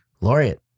Laureate